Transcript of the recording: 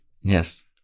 yes